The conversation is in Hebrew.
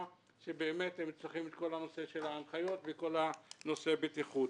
ובאמת הם צריכים את כל הנושא של ההנחיות ואת כל נושא הבטיחות.